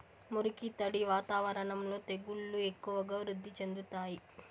మురికి, తడి వాతావరణంలో తెగుళ్లు ఎక్కువగా వృద్ధి చెందుతాయి